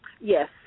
Yes